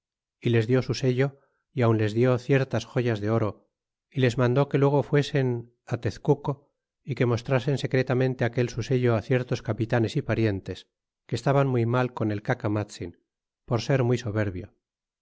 y les dió su sello y aun les lió ciertas joyas de oro y les mandó que luego fuesen tezctico y que mostrasen secretamente aquel su sello á ciertos capitanes y parientes que estaban muy mal con el cacamatzin por ser muy soberbio